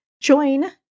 join